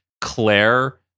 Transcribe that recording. Claire